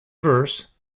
verse